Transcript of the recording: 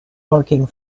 working